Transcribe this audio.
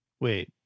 Wait